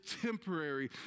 temporary